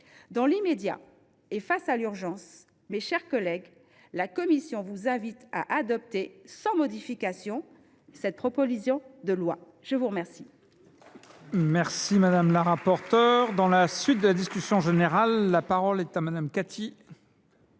Dans l’immédiat et face à l’urgence, mes chers collègues, la commission vous invite à adopter sans modification cette proposition de loi. La parole